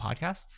Podcasts